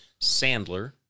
Sandler